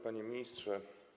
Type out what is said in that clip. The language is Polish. Panie Ministrze!